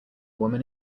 woman